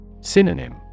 Synonym